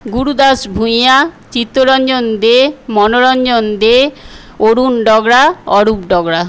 Gurudas Bhuiyan Chittaranjan De Manoranjan De Arun Dogra Arup dog